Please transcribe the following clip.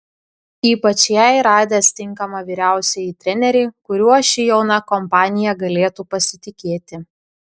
ypač jai radęs tinkamą vyriausiąjį trenerį kuriuo ši jauna kompanija galėtų pasitikėti